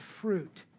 fruit